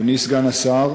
אדוני סגן השר,